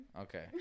okay